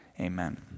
amen